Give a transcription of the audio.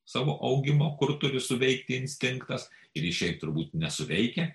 savo augimo kur turi suveikti instinktas ir jis šiaip turbūt nesuveikia